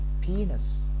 penis